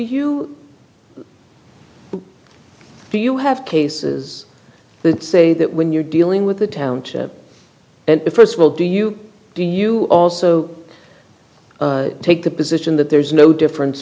you do you have cases that say that when you're dealing with the township and first of all do you do you also take the position that there's no difference